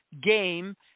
game